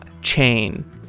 Chain